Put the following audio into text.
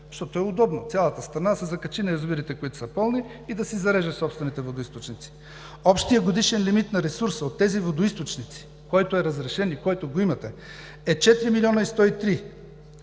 защото е удобно цялата страна да се закачи на язовирите, които са пълни, и да си зареже собствените водоизточници. Общият годишен лимит на ресурса от тези водоизточници, който е разрешен и който го имате, е 4 млн. 103 хил.